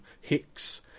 Hicks